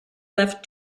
left